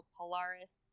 Polaris